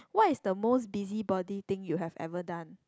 what is the most busybody thing you have ever done